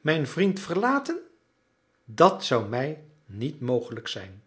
mijn vriend verlaten dat zou mij niet mogelijk zijn